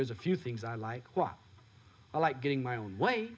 there's a few things i like what i like getting my own way